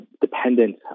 dependent